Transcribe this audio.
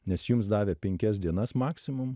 nes jums davė penkias dienas maksimum